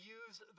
use